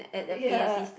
ya